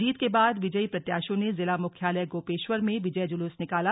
जीत के बाद विजयी प्रत्यशियों ने जिला मुख्यालय गोपेश्वर में विजय जुलूस निकाला